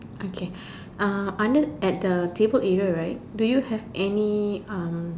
okay uh under at the table right do you have any um